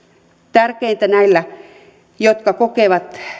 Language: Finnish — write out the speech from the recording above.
tärkeintä näiden jotka kokevat